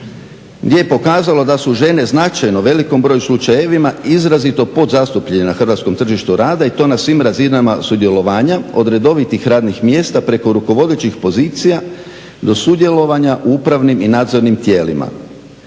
gdje je pokazalo da su žene značajno u velikom broju slučajeva izrazito podzastupljena na hrvatskom tržištu rada i to na svim razinama sudjelovanja od redovitih radnih mjesta preko rukovodećih pozicija do sudjelovanja u upravnim i nadzornim tijelima.